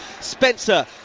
Spencer